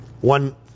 One